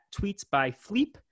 tweetsbyfleep